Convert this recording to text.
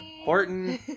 Horton